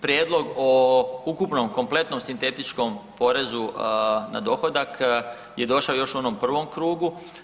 Prijedlog o ukupnom kompletnom sintetičkom porezu na dohodak je došao još u onom prvom krugu.